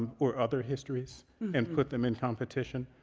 or other histories and put them in competition,